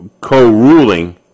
co-ruling